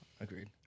agreed